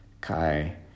Kai